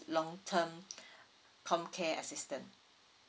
long term comcare assistance